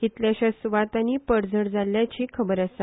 कितलेशेच सुवातांनी पडझड जाल्याची खबर आसा